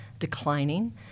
declining